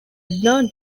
edna